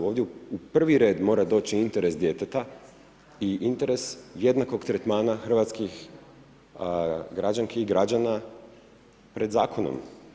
Ovdje u prvi red mora doći interes djeteta i interes jednakog tretmana hrvatskih građanki i građana pred zakonom.